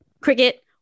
cricket